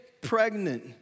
pregnant